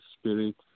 spirit